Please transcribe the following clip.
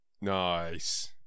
Nice